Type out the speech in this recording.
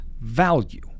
value